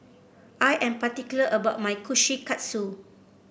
I am particular about my Kushikatsu